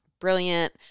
brilliant